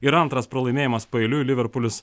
ir antras pralaimėjimas paeiliui liverpulis